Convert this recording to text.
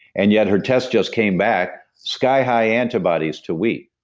and yet, her test just came back, sky high antibodies to wheat.